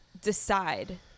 decide